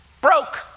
broke